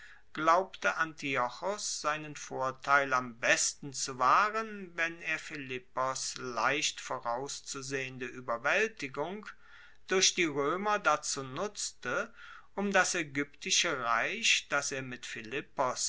glaubte antiochos seinen vorteil am besten zu wahren wenn er philippos leicht vorauszusehende ueberwaeltigung durch die roemer dazu nutzte um das aegyptische reich das er mit philippos